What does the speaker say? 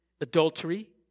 adultery